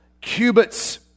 cubits